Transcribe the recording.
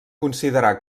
considerar